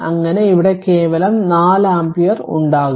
അങ്ങനെ ഇവിടെ കേവലം 4 ആമ്പിയർ ഉണ്ടാകും